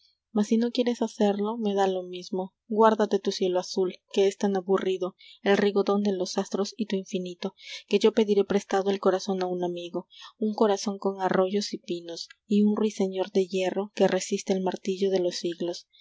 mas si no quieres hacerlo me da lo mismo guárdate tu cielo azul que es tan aburrido el rigodón de los astros y tu infinito que yo pediré prestado el corazón a un amigo un corazón con arroyos y pinos y un ruiseñor de hierro que resista el martillo de los siglos